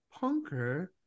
Punker